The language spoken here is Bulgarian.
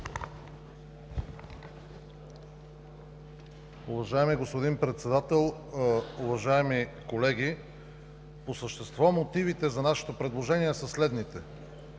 Уважаеми господин Председател, уважаеми колеги! По същество мотивите за нашето предложение са следните.